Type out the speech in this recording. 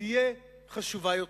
תהיה חשובה יותר.